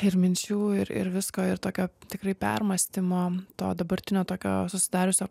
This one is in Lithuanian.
ir minčių ir ir visko ir tokio tikrai permąstymo to dabartinio tokio susidariusio